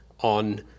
on